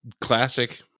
Classic